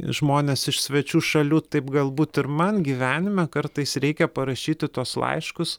žmones iš svečių šalių taip galbūt ir man gyvenime kartais reikia parašyti tuos laiškus